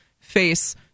face